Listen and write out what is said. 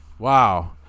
Wow